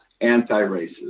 anti-racist